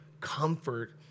comfort